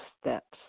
steps